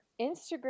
Instagram